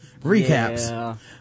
Recaps